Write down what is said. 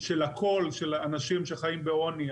של הקול של האנשים שחיים בעוני,